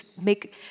make